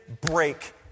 break